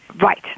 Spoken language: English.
Right